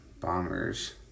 Bombers